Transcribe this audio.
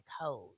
code